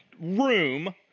room